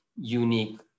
unique